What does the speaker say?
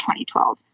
2012